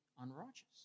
unrighteous